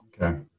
Okay